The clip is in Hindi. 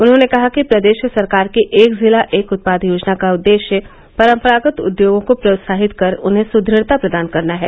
उन्होंने कहा कि प्रदेश सरकार की एक जिला एक उत्पाद योजना का उद्देश्य परंपरागत उद्योगों को प्रोत्साहित कर उन्हें सुदृढ़ता प्रदान करना है